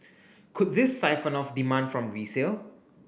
could this siphon off demand from resale